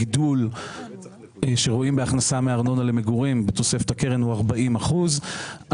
הגידול שרואים בהכנסה מארנונה למגורים בתוספת הקרן הוא 40 אחוזים.